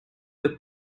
the